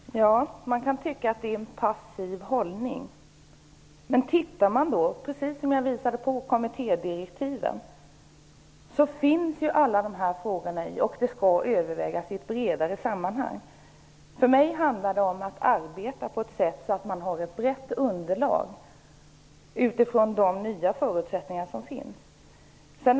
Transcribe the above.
Herr talman! Ja, man kan tycka att vi intar en passiv hållning. Men titta på kommittédirektiven! Där finns ju alla de här frågorna. Det här skall övervägas i ett bredare sammanhang. För mig handlar det om att arbeta på ett sådant sätt att man har ett brett underlag utifrån de nya förutsättningarna.